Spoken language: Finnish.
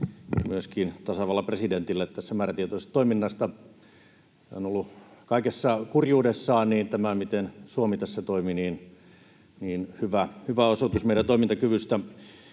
myöskin tasavallan presidentille tästä määrätietoisesta toiminnasta. Kaikessa kurjuudessaan tämä, miten Suomi tässä toimi, on ollut hyvä osoitus meidän toimintakyvystämme.